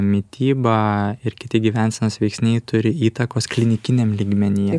mityba ir kiti gyvensenos veiksniai turi įtakos klinikiniam lygmenyje